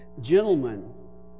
Gentlemen